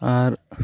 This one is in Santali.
ᱟᱨ